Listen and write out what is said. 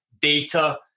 data